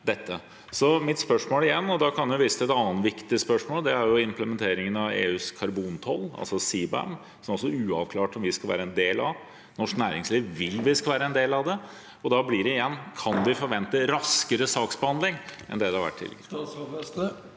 viktig spørsmål, og det er implementeringen av EUs karbontoll, altså CBAM, som det også er uavklart om vi skal være en del av. Norsk næringsliv vil vi skal være en del av det. Da blir mitt spørsmål igjen: Kan vi forvente raskere saksbehandling enn slik det har vært tidligere?